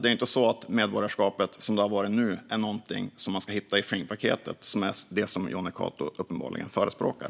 Det är ju inte så att medborgarskapet, som det är nu, ska vara något som man hittar i ett flingpaket, vilket uppenbarligen är det som Jonny Cato förespråkar.